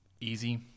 Easy